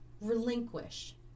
Relinquish